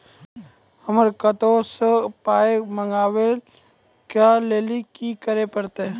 हमरा कतौ सअ पाय मंगावै कऽ लेल की करे पड़त?